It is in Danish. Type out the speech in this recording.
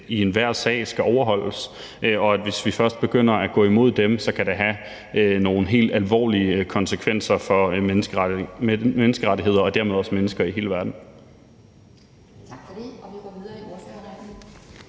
i enhver sag skal overholdes. Og hvis vi først begynder at gå imod dem, kan det have nogle helt alvorlige konsekvenser for menneskerettighederne og dermed også for mennesker i hele verden.